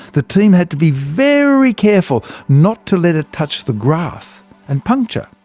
the team had to be very careful not to let it touch the grass and puncture!